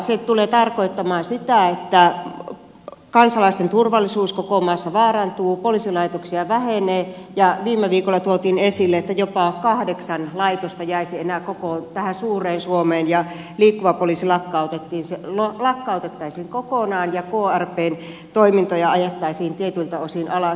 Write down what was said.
se tulee tarkoittamaan sitä että kansalaisten turvallisuus koko maassa vaarantuu poliisilaitokset vähenevät ja viime viikolla tuotiin esille että jopa kahdeksan laitosta jäisi enää koko tähän suureen suomeen liikkuva poliisi lakkautettaisiin kokonaan ja krpn toimintoja ajettaisiin tietyiltä osin alas